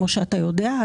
כמו שאתה יודע.